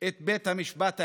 את בית המשפט העליון,